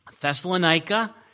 Thessalonica